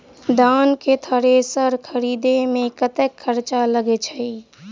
धान केँ थ्रेसर खरीदे मे कतेक खर्च लगय छैय?